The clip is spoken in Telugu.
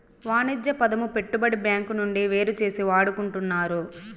వాణిజ్య పదము పెట్టుబడి బ్యాంకు నుండి వేరుచేసి వాడుకుంటున్నారు